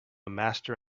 master